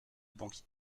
banquier